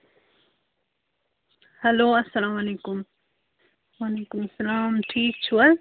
hello السلام علیکُم وعلیکُم السلام ٹھیٖک چھُو حظ